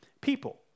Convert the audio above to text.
people